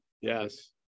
Yes